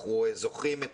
אנחנו זוכרים,